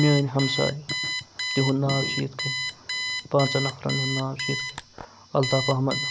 میٲنۍ ہمساے تِہُنٛد ناو چھُ یِتھ کٔنۍ پانٛژَن نفرَن ہُنٛد ناو چھُ یِتھ کٔنۍ الطاف احمد